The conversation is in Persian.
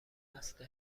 نسل